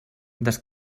des